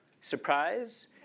surprise